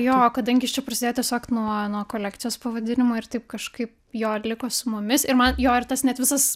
jo kadangi jis čia prasidėjo tiesiog nuo nuo kolekcijos pavadinimo ir taip kažkaip jo ir liko su mumis ir man jo ir tas net visas